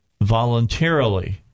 voluntarily